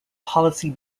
policy